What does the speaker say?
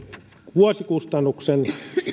vuosikustannuksen kysyisinkin